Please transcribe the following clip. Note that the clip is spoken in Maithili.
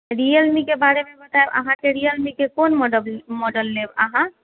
रियल मी के बारे मे बतायब अहाँके रियल मी के कोन मॉडल लेब अहाँ